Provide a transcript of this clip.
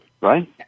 Right